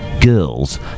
girls